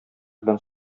белән